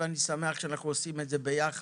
אני שמח שהדיון משותף לשתי הוועדות.